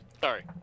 Sorry